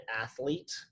athlete